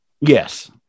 Yes